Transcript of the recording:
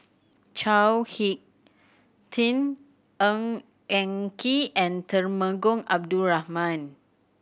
Chao Hick Tin Ng Eng Kee and Temenggong Abdul Rahman